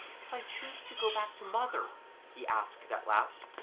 if i chose to go back to mother he asked at last,